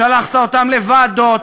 שלחת אותם לוועדות,